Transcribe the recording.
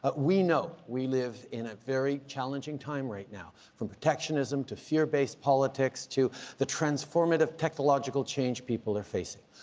ah we know we live in a very challenging time right now. from protectionism to fear-based politics, to the transformative technological change people are facing.